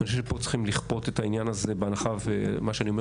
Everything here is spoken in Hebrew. אני חושב שפה צריכים לכפות את העניין הזה בהנחה ומה